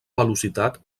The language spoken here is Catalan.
velocitat